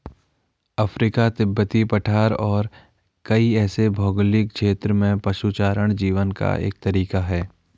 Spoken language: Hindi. अफ्रीका, तिब्बती पठार और कई ऐसे भौगोलिक क्षेत्रों में पशुचारण जीवन का एक तरीका है